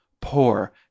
poor